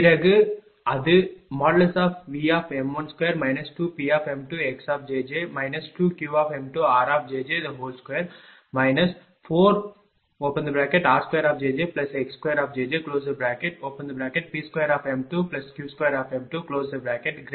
பிறகு அது|V|2 2Pm2xjj 2Qm2rjj2 4r2jjx2jjP2m2Q2m2≥0